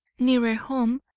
nearer home,